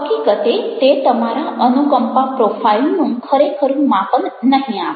હકીકતે તે તમારા અનુકંપા પ્રોફાઈલનું ખરેખરું માપન નહીં આપે